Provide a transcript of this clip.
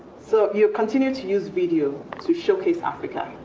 so you continue to use video to showcase africa.